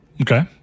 Okay